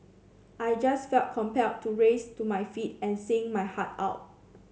I just felt compelled to rise to my feet and sing my heart out